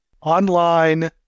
online